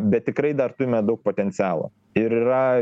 bet tikrai dar turime daug potencialo ir yra